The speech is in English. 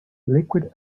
liquid